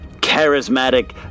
charismatic